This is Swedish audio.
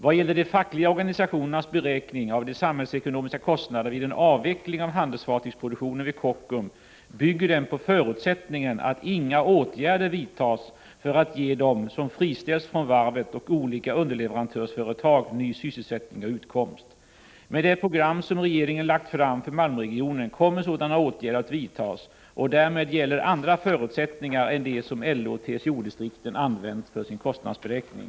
Vad gäller de fackliga organisationernas beräkning av de samhällsekonomiska kostnaderna vid en avveckling av handelsfartygsproduktionen vid Kockums bygger den på förutsättningen att inga åtgärder vidtas för att ge dem som friställs från varvet och olika underleverantörsföretag ny sysselsättning och utkomst. Med det program som regeringen lagt fram för Malmöregionen kommer sådana åtgärder att vidtas, och därmed gäller andra förutsättningar än de som LO och TCO-distrikten använt för sin kostnadsberäkning.